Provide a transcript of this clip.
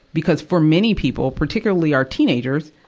because for many people, particularly our teenagers,